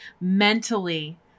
mentally